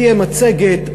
תהיה מצגת,